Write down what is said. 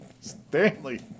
Stanley